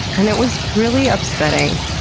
and it was really upsetting.